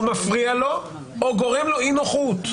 או מפריע לו או גורם לו אי נוחות.